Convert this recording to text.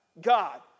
God